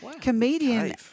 Comedian